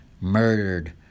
murdered